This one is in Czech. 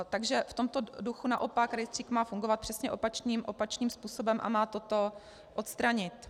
Takže v tomto duchu naopak rejstřík má fungovat přesně opačným způsobem a má toto odstranit.